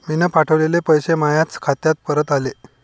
मीन पावठवलेले पैसे मायाच खात्यात परत आले